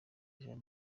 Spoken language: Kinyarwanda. jean